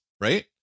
right